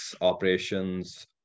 operations